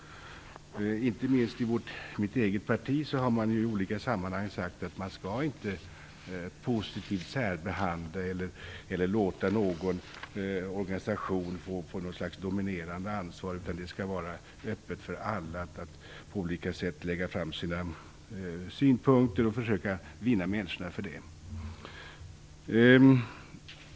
Inte minst i mitt eget parti har man i olika sammanhang sagt att man inte skall positivt särbehandla eller låta någon organisation få något slags dominerande ansvar, utan det skall vara öppet för alla att på olika sätt lägga fram sina synpunkter och försöka få med människorna på det.